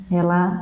ela